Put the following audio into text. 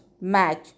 match